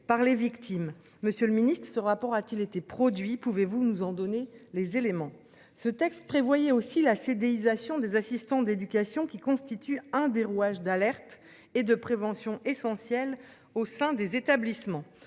par les victimes. Monsieur le Ministre, ce rapport a-t-il été produit. Pouvez-vous nous en donner les éléments ce texte prévoyait aussi la CDI sation des assistants d'éducation qui constitue un des rouages d'alerte et de prévention essentielle au sein des établissements.